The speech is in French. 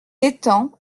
etangs